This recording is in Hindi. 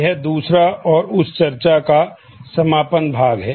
यह दूसरा और उस चर्चा का समापन भाग है